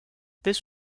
this